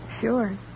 Sure